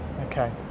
okay